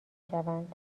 شوند